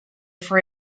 for